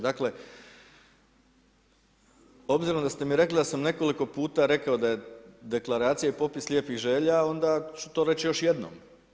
Dakle, obzirom da ste mi rekli, da sam nekoliko puta rekao da je deklaracija popis lijepih želja, onda ću to reći još jednom.